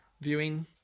viewing